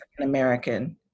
American